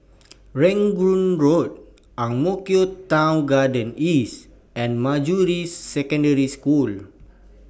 Rangoon Road Ang Mo Kio Town Garden East and Manjusri Secondary School